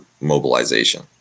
mobilization